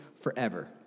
forever